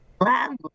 lovely